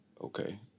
okay